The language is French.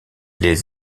les